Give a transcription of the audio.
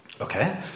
Okay